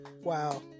wow